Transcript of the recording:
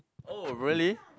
oh really